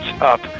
up